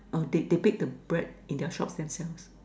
uh they they bake the bread in their shop themselves